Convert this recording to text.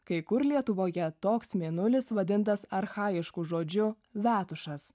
kai kur lietuvoje toks mėnulis vadintas archaišku žodžiu vetušas